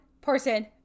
person